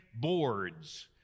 boards